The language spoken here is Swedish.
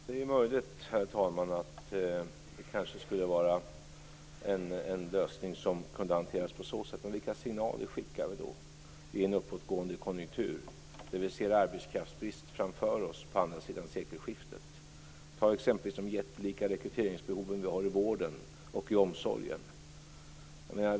Herr talman! Det är möjligt att lösningen skulle kunna hanteras på så sätt, men vilka signaler skulle vi då skicka i en uppåtgående konjunktur där vi ser arbetskraftsbrist framför oss på andra sidan sekelskiftet? Ta exempelvis de jättelika rekryteringsbehov vi har i vården och i omsorgen.